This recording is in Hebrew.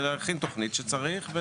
ולהכין תוכנית שצריך,